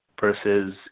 versus